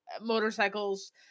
motorcycles